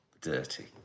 Dirty